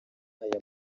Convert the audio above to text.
aya